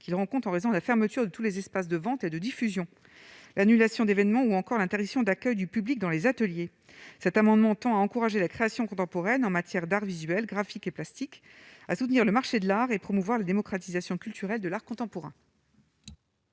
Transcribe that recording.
qu'il rencontre en raison de la fermeture de tous les espaces de vente et de diffusion, l'annulation d'événements ou encore l'intervention d'accueil du public dans les ateliers, cet amendement tend à encourager la création contemporaine en matière d'arts visuels graphiques et plastiques à soutenir le marché de l'art et promouvoir la démocratisation culturelle de l'art contemporain.